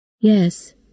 Yes